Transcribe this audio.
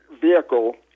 vehicle